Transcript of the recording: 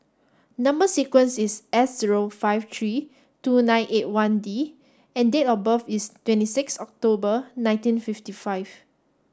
number sequence is S zero five three two nine eight one D and date of birth is twenty six October nineteen fifty five